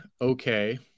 okay